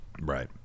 Right